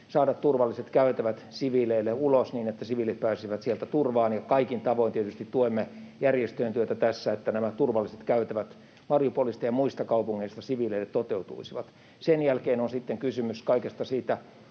saada turvalliset käytävät siviileille, niin että siviilit pääsisivät sieltä turvaan, ja kaikin tavoin tietysti tuemme järjestöjen työtä tässä, että nämä turvalliset käytävät Mariupolista ja muista kaupungeista siviileille toteutuisivat. Sen jälkeen on sitten kysymys kaikesta siitä